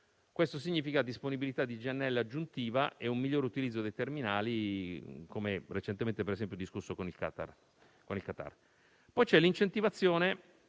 Questo significa disponibilità di GNL aggiuntiva e un miglior utilizzo dei terminali, come per esempio recentemente discusso con il Qatar. C'è poi l'incentivazione